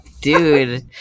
dude